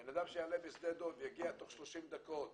בן אדם שיעלה בשדה דב יגיע תוך 30 דקות,